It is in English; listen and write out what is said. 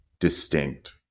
distinct